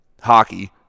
Hockey